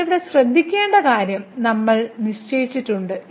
എന്നാൽ ഇവിടെ ശ്രദ്ധിക്കേണ്ട കാര്യം നമ്മൾ നിശ്ചയിച്ചിട്ടുണ്ട്